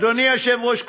אדוני היושב-ראש,